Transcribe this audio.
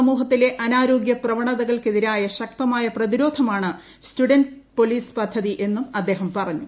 സമൂഹത്തിലെ അനാരോഗ്യപ്രവണത കൾക്കെതിരായ ശക്തമായ പ്രതിരോധമാണ് സ്റ്റുഡൻറ്സ് പോലീ സ് പദ്ധതിയെന്നും അദ്ദേഹം പറഞ്ഞു